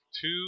two